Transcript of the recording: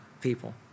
people